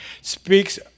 speaks